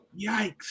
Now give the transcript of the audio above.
Yikes